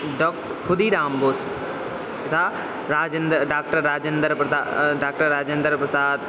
ड खुदीराम्बोस् तथा राजेन्द्रः डाक्टर् राजेन्द्रप्रदा डाक्टर् राजेन्द्रप्रसादः